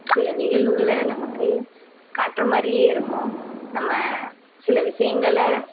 சில நிகழ்வுகளை நமக்கு காட்டுகிற மாதிரியே இருக்கும் நம்ம சில விஷயங்கள